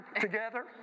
together